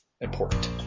important